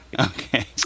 Okay